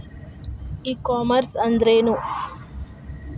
E commerce ಅಂದ್ರೇನು?